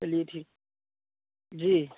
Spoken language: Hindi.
ली थी जी